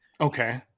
Okay